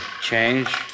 Change